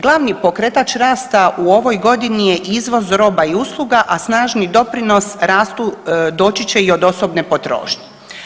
Glavni pokretač rasta u ovoj godini je izvoz roba i usluga, a snažni doprinos rastu doći će i od osobne potrošnje.